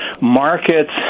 markets